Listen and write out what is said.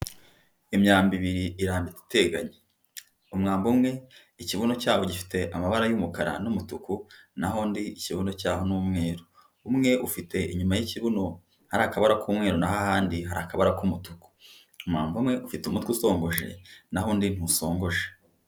Imyambi ibiri irambitse iteganye, umwambi umwe ikibuno cyawo gifite amabara y'umukara n'umutuku naho ndi ikibuno cyawo n'umweru, umwe ufite inyuma y'ikibuno hari akabara k'umweru naho ahandi hari akabara k'umutuku. Umwambi umwe ufite umutwe usongoje naho undi ntusongoje.